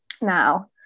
now